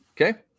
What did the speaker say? okay